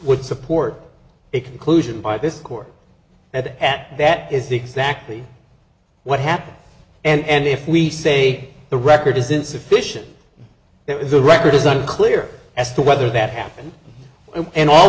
would support a conclusion by this court that at that is exactly what happened and if we say the record is insufficient it was the record is unclear as to whether that happened and all